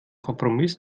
kompromiss